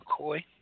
McCoy